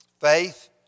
Faith